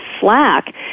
slack